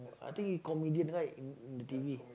I think he comedian right in in the t_v